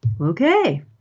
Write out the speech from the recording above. Okay